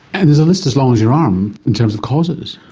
and there's a list as long as your arm in terms of causes.